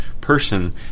person